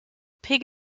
pig